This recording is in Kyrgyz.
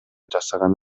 жасаган